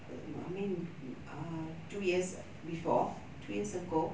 err I mean uh two years before two years ago